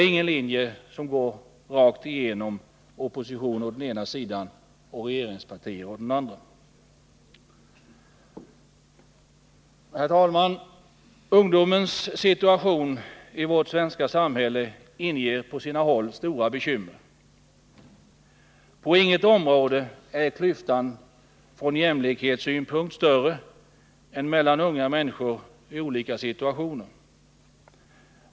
Skiljelinjen går inte renodlat mellan opposition å ena sidan och regeringspartier å den andra. Herr talman! Ungdomens situation i vårt svenska samhälle inger stora bekymmer. På inget område är klyftan i jämlikhetsavseende större än mellan unga människor i olika situationer.